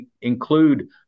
include